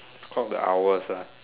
clock the hours ah